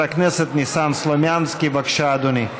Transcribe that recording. חבר הכנסת ניסן סלומינסקי, בבקשה, אדוני.